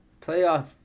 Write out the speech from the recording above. playoff